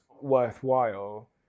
worthwhile